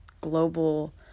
global